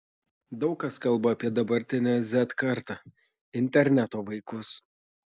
daug kas kalba apie dabartinę z kartą interneto vaikus